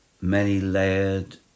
many-layered